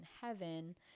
heaven